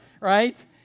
Right